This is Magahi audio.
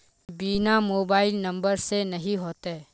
बिना मोबाईल नंबर से नहीं होते?